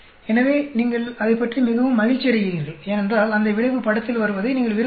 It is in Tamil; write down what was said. எனவே நீங்கள் அதைப் பற்றி மிகவும் மகிழ்ச்சியடைகிறீர்கள் ஏனென்றால் அந்த விளைவு படத்தில் வருவதை நீங்கள் விரும்பவில்லை